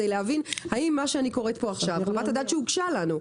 להבין שמה שאני קוראת פה עכשיו זו חוות הדעת שהוגשה לנו,